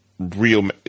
real